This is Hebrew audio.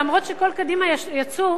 אף-על-פי שכל קדימה יצאו,